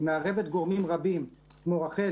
היא מערבת גורמים רבים כמו רח"ל,